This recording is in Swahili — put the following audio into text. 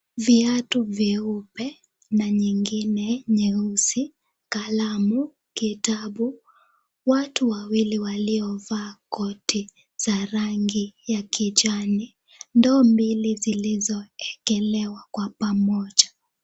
Viatu vyeupe na nyingine nyeusi, kalamu, kitabu. Watu wawili waliovaa koti za rangi ya kijani. Ndoo mbili zilizoekelewa kwa pamoja.